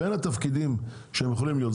בין התפקידים שהם יכולים להיות,